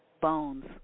bones